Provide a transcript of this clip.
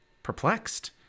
perplexed